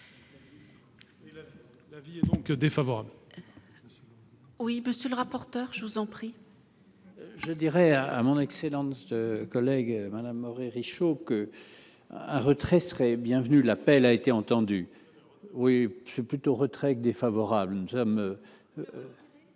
L'avis est donc défavorable. Oui, monsieur le rapporteur, je vous en prie. Je dirais à à mon excellent collègue madame Moret Richaud que un retrait serait bienvenu, l'appel a été entendu, oui je plutôt retraite défavorable,